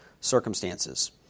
circumstances